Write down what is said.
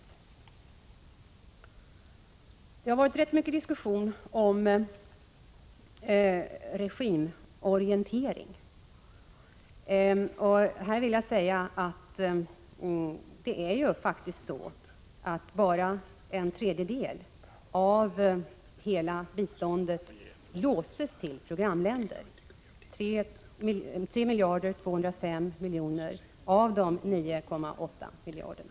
Det har varit rätt mycket diskussion om regimorientering. Det är ju faktiskt så, att bara en tredjedel av hela biståndet låses till programländer, 3 205 milj.kr. av de 9,8 miljarderna.